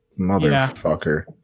motherfucker